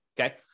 okay